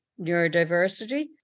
neurodiversity